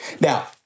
Now